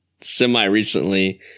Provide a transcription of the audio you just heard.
semi-recently